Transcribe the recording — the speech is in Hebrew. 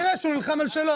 זה מוציא אותך משלוותך.